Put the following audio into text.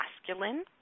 masculine